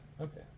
Okay